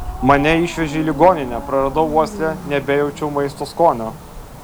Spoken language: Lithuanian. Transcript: mane išvežė į ligoninę praradau uoslę nebejaučiau maisto skonio